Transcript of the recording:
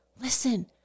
listen